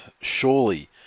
surely